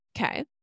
Okay